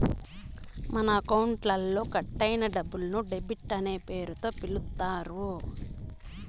మన అకౌంట్లో కట్ అయిన డబ్బులను డెబిట్ అనే పేరుతో పిలుత్తారు